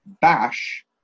bash